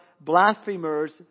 blasphemers